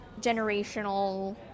generational